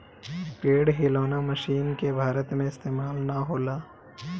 पेड़ हिलौना मशीन के भारत में इस्तेमाल ना होला